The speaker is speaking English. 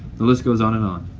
the list goes on and on.